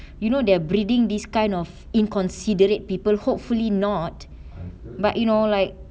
you know they're breeding this kind of inconsiderate people hopefully not but you know like